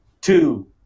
two